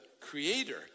creator